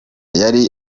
yari